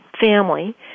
family